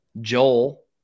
joel